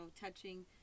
touching